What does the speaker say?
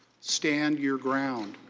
stand your ground.